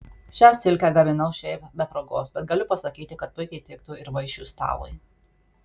šią silkę gaminau šiaip be progos bet galiu pasakyti kad puikiai tiktų ir vaišių stalui